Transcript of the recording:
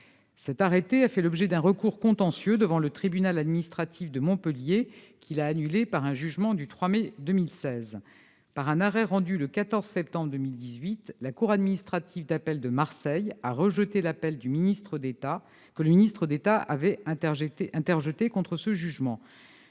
Cet arrêté a fait l'objet d'un recours contentieux devant le tribunal administratif de Montpellier, qui l'a annulé par un jugement du 3 mai 2016. Par un arrêt rendu le 14 septembre 2018, la cour administrative d'appel de Marseille a rejeté l'appel que le ministre d'État avait interjeté contre ce jugement.